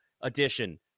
edition